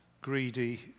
greedy